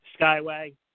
Skyway